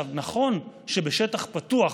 נכון שבשטח הפתוח